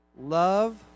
Love